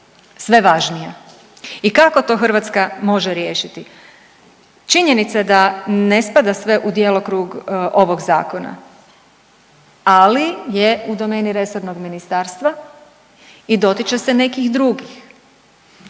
sve važnija. I kako to Hrvatska može riješiti? Činjenica je da ne spada sve u djelokrug ovog zakona, ali je u domeni resornog ministarstva i dotiče se nekih drugih.